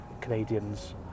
Canadians